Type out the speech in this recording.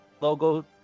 logo